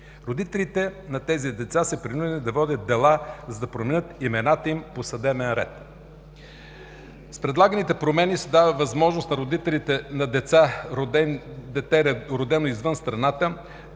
Родителите на тези деца са принудени да водят дела, за да променят имената им по съдебен ред. С предлаганите промени се дава възможност на родителите на дете, родено извън страната,